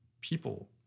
people